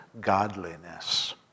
godliness